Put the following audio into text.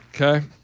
Okay